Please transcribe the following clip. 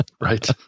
Right